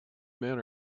men